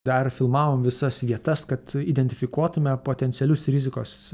dar filmavom visas vietas kad identifikuotume potencialius rizikos